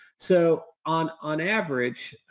so, on on average,